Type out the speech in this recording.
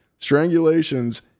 strangulations